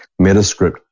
Metascript